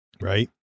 Right